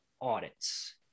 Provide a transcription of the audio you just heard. audits